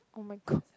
oh my god